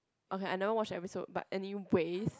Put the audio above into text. okay I never watch episode but anyways